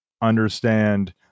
understand